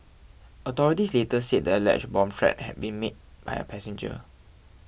authorities later said the alleged bomb threat had been made by a passenger